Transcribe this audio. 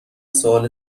سوال